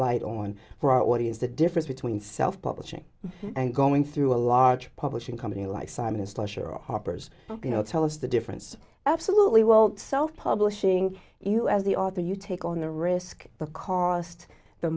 light on route what is the difference between self publishing and going through a large publishing company like simon slusher or harper's you know tell us the difference absolutely well self publishing you as the author you take on the risk the cost the